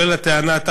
כולל הטענה,